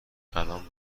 الان